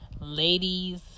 Ladies